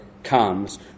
comes